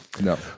No